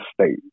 state